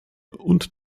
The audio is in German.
und